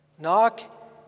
Knock